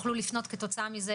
תוכלו לפנות אלינו כתוצאה מזה,